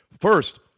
First